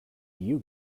you